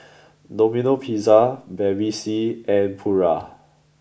Domino Pizza Bevy C and Pura